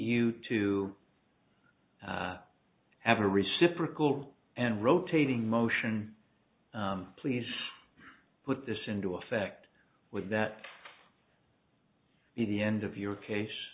you to have a reciprocal and rotating motion please put this into effect would that be the end of your case